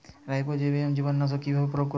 Rhizobium জীবানুসার কিভাবে প্রয়োগ করব?